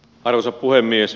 arvoisa puhemies